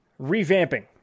revamping